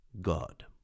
God